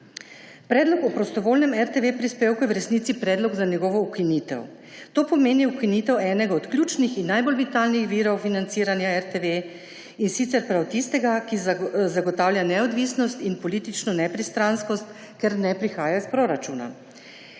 Predlog o prostovoljnem RTV prispevku je v resnici predlog za njegovo ukinitev. To pomeni ukinitev enega od ključnih in najbolj vitalnih virov financiranja RTV, in sicer prav tistega, ki zagotavlja neodvisnost in politično nepristranskost, ker ne prihaja iz proračuna.